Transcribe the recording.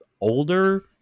older